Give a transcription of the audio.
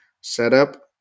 setup